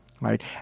right